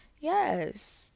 yes